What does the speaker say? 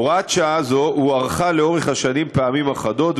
הוראת שעה זו הוארכה במשך השנים פעמים אחדות,